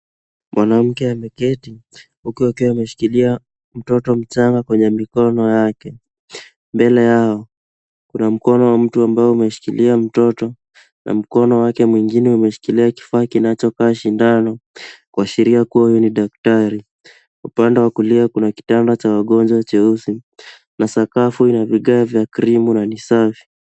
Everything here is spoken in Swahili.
Mwanamke ameketi huku akiwa ameshikilia mtoto mchanga kwenye mikono yake. Mbele yao kuna mkono wa mtu ambao umeshikilia mtoto na mkono wake mwingine umeshikilia kifaa kinachokaa sindano, kuashiria kuwa huyu ni daktari. Upande wa kulia kuna kitanda cha wagonjwa cheusi, na sakafu ina vigae vya krimu na ni safi.